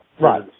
Right